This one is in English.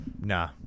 Nah